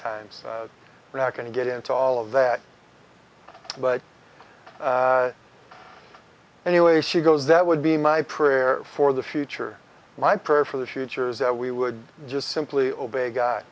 times we're not going to get into all of that but anyway she goes that would be my prayer for the future my prayer for the future is that we would just simply obey g